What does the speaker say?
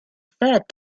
third